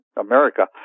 America